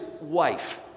wife